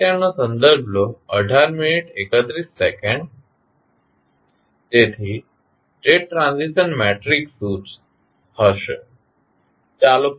તેથી state transition matrix શું હશે